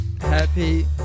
Happy